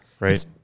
right